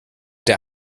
der